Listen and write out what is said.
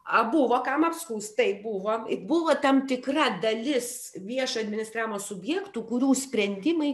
a buvo kam apskųst taip buvo i buvo tam tikra dalis viešo administravimo subjektų kurių sprendimai